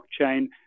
blockchain